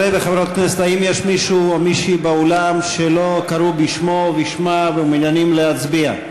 האם יש מישהו או מישהי באולם שלא קראו בשמו או בשמה ומעוניינים להצביע?